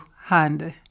hand